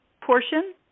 portion